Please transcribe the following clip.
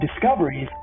discoveries